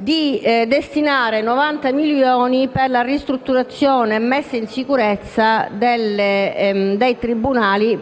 a destinare 90 milioni alla ristrutturazione e messa in sicurezza dei tribunali